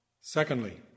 Secondly